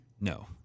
No